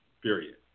Period